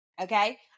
Okay